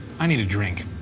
i need a drink.